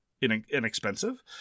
inexpensive